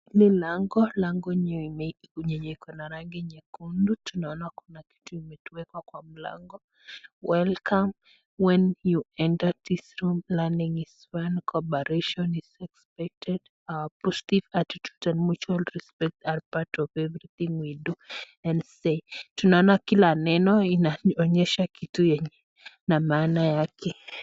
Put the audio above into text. Hii ni mlango, mlango yenyewe iko na rangi nyekundu. Tunaona kuna kitu imewekwa kwa mlango. Welcome, when you enter this room, learning is fun. Cooperation is expected. Our positive attitude and mutual respect are part of everything we do and say. Tunaona kila neno inaonyesha kitu yenye na maana yake.